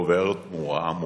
עובר תמורה עמוקה.